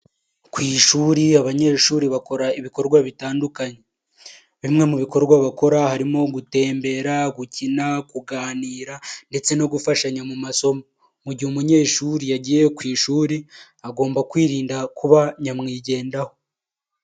Ku ishuri abanyeshuri bakora ibikorwa bitandukanye bimwe mu bikorwa bakora harimo gutembera, gukina, kuganira ndetse no gufashanya mu masomo. Mu gihe umunyeshuri yagiye ku ishuri agomba kwirinda kuba nyamwigendaho.